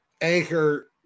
anchor